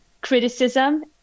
criticism